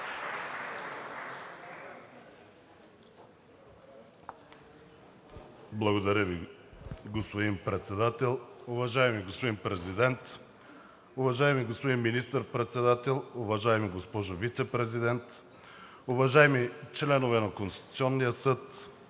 Благодаря Ви, господин Председател. Уважаеми господин Президент, уважаеми господин Министър-председател, уважаема госпожо Вицепрезидент, уважаеми членове на Конституционния съд,